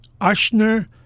Ashner